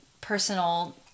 personal